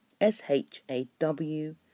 S-H-A-W